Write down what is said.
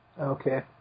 Okay